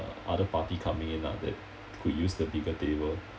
other party coming in lah that could use the bigger table